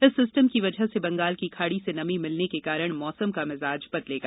इस सिस्टम की वजह से बंगाल की खाड़ी से नमी मिलने के कारण मौसम का मिजाज बदलेगा